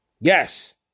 Yes